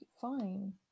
fine